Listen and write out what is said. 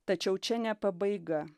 tačiau čia ne pabaiga